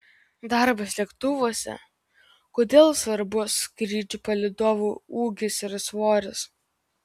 darbas lėktuvuose kodėl svarbus skrydžių palydovų ūgis ir svoris